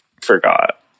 forgot